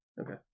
Okay